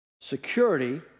Security